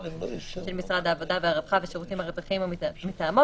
של משרד העבודה והרווחה והשירותים החברתיים או מטעמו,